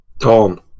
Tom